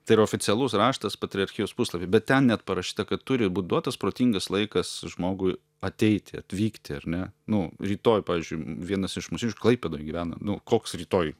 tai yra oficialus raštas patriarchijos puslapy bet ten net parašyta kad turi būt duotas protingas laikas žmogui ateiti atvykti ar ne nu rytoj pavyzdžiui vienas iš mūsiškių klaipėdoj gyvena nu koks rytoj